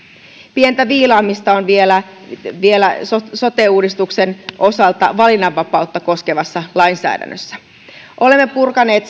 pientä viilaamista on vielä vielä sote sote uudistuksen osalta valinnanvapautta koskevassa lainsäädännössä olemme purkaneet